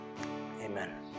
amen